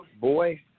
boy